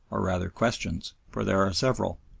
or rather questions, for there are several.